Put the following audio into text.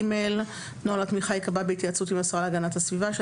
"(ג) נוהל התמיכה ייקבע בהתייעצות עם השרה להגנת הסביבה אשר